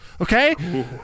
Okay